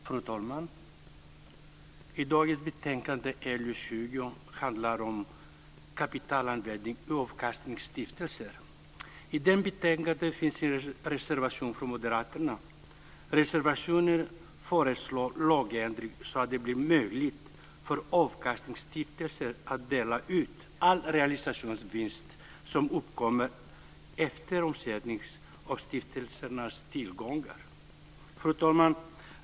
Fru talman! Dagens betänkande LU20 handlar om kapitalanvändning i avkastningsstiftelser. Till betänkandet finns en reservation av moderaterna. I reservationen föreslås en lagändring, så att det blir möjligt för avkastningsstiftelser att dela ut all realisationsvinst som uppkommer efter omsättning av stiftelsernas tillgångar. Fru talman!